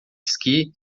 esqui